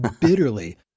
bitterly